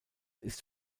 ist